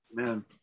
Amen